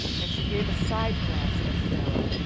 and she gave a side-glance at sara.